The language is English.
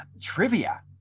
trivia